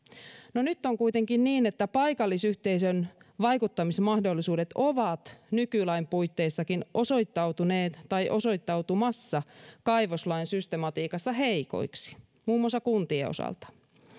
no nyt on kuitenkin niin että paikallisyhteisön vaikuttamismahdollisuudet ovat nykylain puitteissakin osoittautuneet tai osoittautumassa kaivoslain systematiikassa heikoiksi muun muassa kuntien osalta